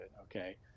okay